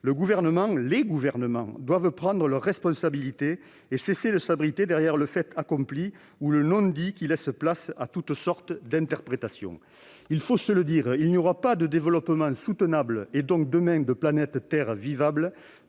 Le Gouvernement, les gouvernements doivent prendre leurs responsabilités et cesser de s'abriter derrière le fait accompli ou le non-dit qui laisse place à toutes sortes d'interprétations. Il faut se le dire, il n'y aura pas de développement soutenable demain et, donc, de planète Terre vivable